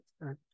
right